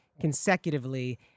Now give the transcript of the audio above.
consecutively